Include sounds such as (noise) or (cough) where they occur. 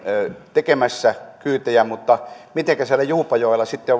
tekemässä kyytejä mutta miten voidaan siellä juupajoella sitten (unintelligible)